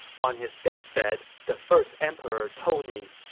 on his deathbed the first emperor told me,